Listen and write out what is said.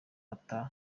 ata